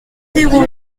zéro